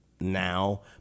now